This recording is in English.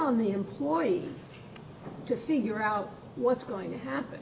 on the employee to figure out what's going to happen